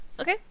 Okay